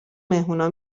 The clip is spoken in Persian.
مهمونها